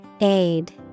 Aid